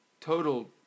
total